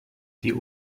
die